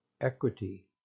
equity